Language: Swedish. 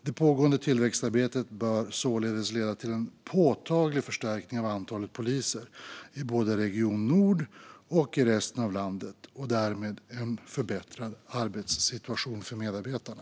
Det pågående tillväxtarbetet bör således leda till en påtaglig förstärkning av antalet poliser i både region Nord och resten av landet och därmed till en förbättrad arbetssituation för medarbetarna.